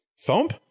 Thump